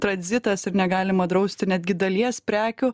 tranzitas ir negalima drausti netgi dalies prekių